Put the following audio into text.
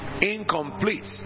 incomplete